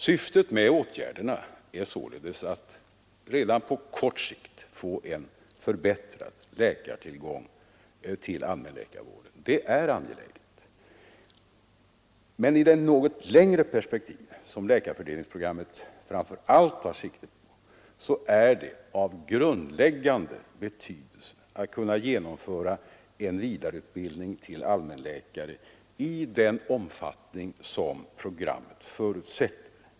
Syftet med åtgärderna är således att redan på kort sikt få en förbättrad läkartillgång när det gäller allmänläkarvården. Detta är angelägen verksamhet som är på gång, och redan för att på kort sikt kunna programmet framför allt tar sikte på, är det av grundläggande betydelse att kunna genomföra en vidareutbildning till allmänläkare i den omfattning som programmet förutsätter.